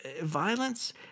violence